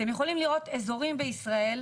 אתם יכולים לראות איזורים בישראל,